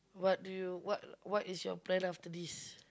what do you what what is your plan after this